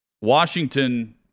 Washington